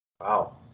Wow